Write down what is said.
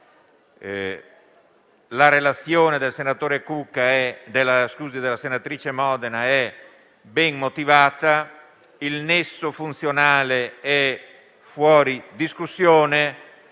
La relazione della senatrice Modena è ben motivata e il nesso funzionale è fuori discussione.